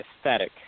aesthetic